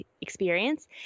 experience